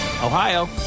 Ohio